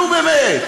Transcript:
נו, באמת,